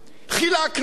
חילקנו,